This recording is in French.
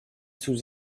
sous